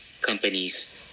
companies